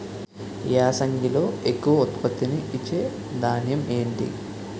యాసంగిలో ఎక్కువ ఉత్పత్తిని ఇచే ధాన్యం ఏంటి?